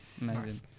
Amazing